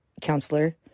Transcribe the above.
counselor